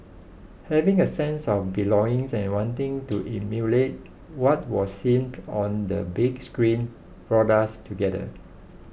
having a sense of belongings and wanting to emulate what was seen on the big screen brought us together